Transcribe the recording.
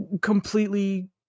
completely